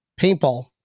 paintball